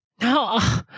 No